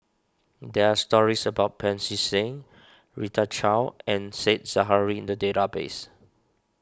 there are stories about Pancy Seng Rita Chao and Said Zahari in the database